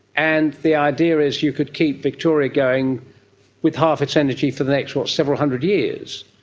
and the idea is you could keep victoria going with half its energy for the next several hundred years.